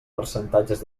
percentatges